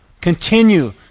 Continue